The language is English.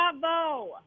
bravo